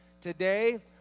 Today